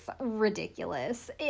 ridiculous